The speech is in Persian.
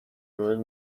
مورد